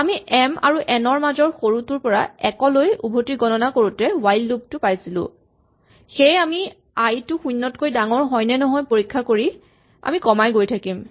আমি এম আৰু এন ৰ মাজৰ সৰুটোৰ পৰা ১ লৈ উভতি গণনা কৰোতে হুৱাইল লুপ টো পাইছিলো সেয়ে আমি আই টো শূণ্যতকৈ ডাঙৰ হয় নে নহয় পৰীক্ষা কৰি কৰি আমি কমাই গৈ থাকিম